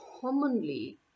commonly